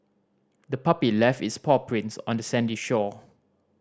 the puppy left its paw prints on the sandy shore